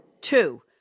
two